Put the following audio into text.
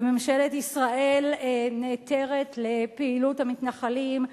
וממשלת ישראל נעתרת לפעילות המתנחלים,